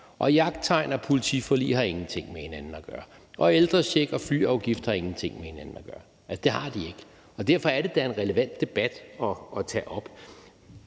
Jagttegn og politiforlig har ingenting med hinanden at gøre. Ældrecheck og flyafgifter har ingenting med hinanden at gøre. Altså, det har de ikke. Derfor er det da en relevant debat at tage op.